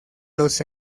los